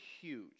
huge